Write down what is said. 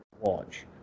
watch